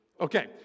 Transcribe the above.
Okay